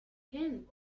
him